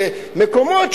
מקומות,